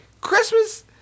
Christmas